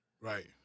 Right